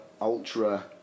ultra